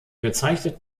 bezeichnet